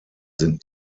sind